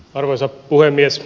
arvoisa puhemies